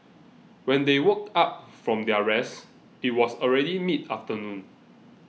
when they woke up from their rest it was already mid afternoon